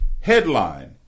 headline